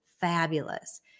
fabulous